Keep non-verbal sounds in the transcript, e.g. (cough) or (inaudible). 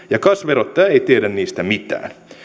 (unintelligible) ja kas verottaja ei tiedä niistä mitään